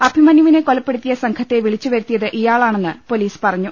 അഭിമന്യുവിനെ കൊലപ്പെടുത്തിയ സംഘത്തെ വിളിച്ചുവരുത്തിയത് ഇയാളാണെന്ന് പൊലീസ് പറ ഞ്ഞു